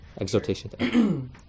exhortation